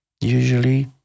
Usually